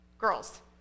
girls